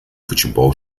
futebol